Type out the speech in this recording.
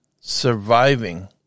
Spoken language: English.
Surviving